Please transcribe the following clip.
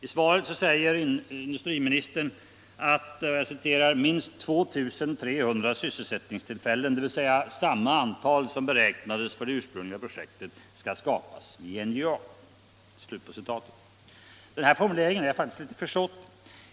I svaret säger industriministern: ”Minst 2 300 nya sysselsättningstillfällen, dvs. samma antal som beräknades för det ursprungliga projektet, skall skapas vid NJA.” Den här formuleringen är faktiskt litet försåtlig.